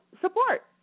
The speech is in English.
support